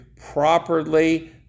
properly